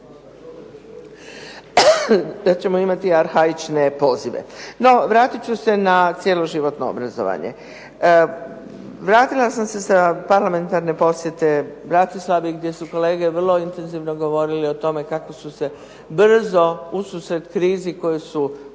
da ćemo imati arhaične pozive. No vratit ću se na cjeloživotno obrazovanje. Vratila sam se sa parlamentarne posjete Bratislavi gdje su kolege vrlo intenzivno govorili o tome kako su se brzo, ususret krizi koju su svojim